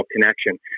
connection